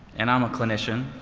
and i'm a clinician